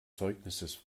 zeugnisses